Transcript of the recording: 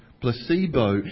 Placebo